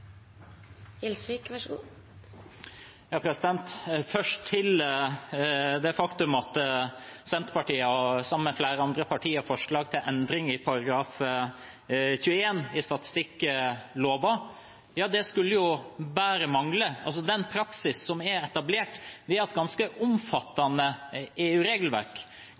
Først til det faktum at Senterpartiet, sammen med flere andre partier, har forslag til endring i § 21 i statistikkloven: Ja, det skulle bare mangle. Den praksis som er etablert, er at et ganske omfattende